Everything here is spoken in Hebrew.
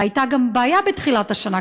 והייתה גם בעיה בתחילת השנה,